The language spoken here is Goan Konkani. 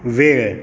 वेळ